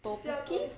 tteokbokki